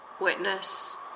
witness